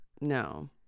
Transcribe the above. No